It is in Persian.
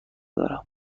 دارم